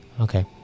Okay